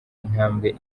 intambwe